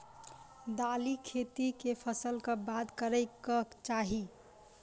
दालि खेती केँ फसल कऽ बाद करै कऽ चाहि?